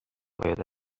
باید